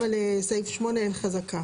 גם על סעיף 8 אין חזקה.